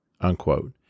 unquote